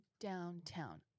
downtown